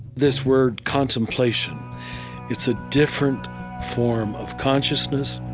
this word contemplation it's a different form of consciousness.